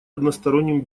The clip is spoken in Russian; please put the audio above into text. односторонним